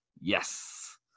Yes